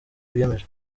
biyemeje